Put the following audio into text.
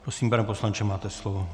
Prosím, pane poslanče, máte slovo.